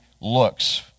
looks